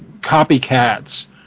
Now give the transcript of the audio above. copycats